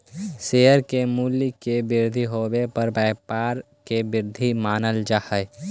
share के मूल्य के वृद्धि होवे पर व्यापार के वृद्धि मानल जा हइ